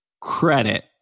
credit